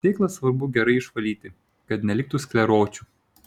sėklas svarbu gerai išvalyti kad neliktų skleročių